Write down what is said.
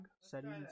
settings